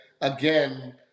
again